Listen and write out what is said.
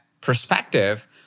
perspective